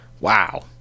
Wow